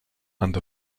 and